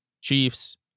Chiefs